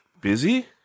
busy